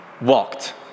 walked